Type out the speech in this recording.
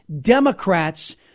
Democrats